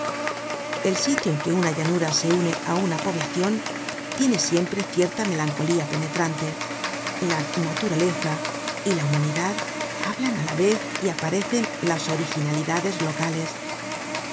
el sitio en que una llanura se une á una poblacion tiene siempre cierta melancolía penetrante la naturaleza y la humanidad hablan á la vez y aparecen las originalidades locales